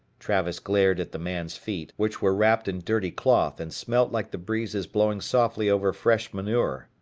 travis glared at the man's feet, which were wrapped in dirty cloth and smelt like the breezes blowing softly over fresh manure.